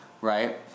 right